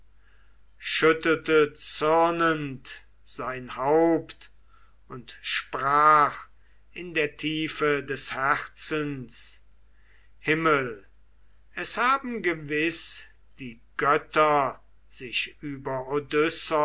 schüttelte zürnend sein haupt und sprach in der tiefe des herzens himmel es haben gewiß die götter sich über